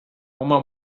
uma